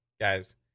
guys